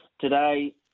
today